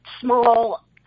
small